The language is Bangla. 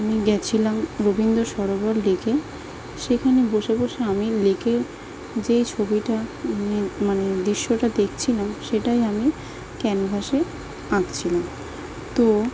আমি গিয়েছিলাম রবীন্দ্রসরোবর লেকে সেখানে বসে বসে আমি লেকের যেই ছবিটা মানে মানে বিষয়টা দেখছিলাম সেটাই আমি ক্যানভাসে আঁকছিলাম তো